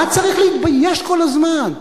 מה צריך להתבייש כל הזמן?